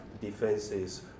defenses